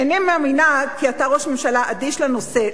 איני מאמינה כי אתה ראש ממשלה אדיש לנושא,